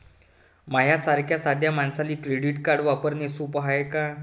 माह्या सारख्या साध्या मानसाले क्रेडिट कार्ड वापरने सोपं हाय का?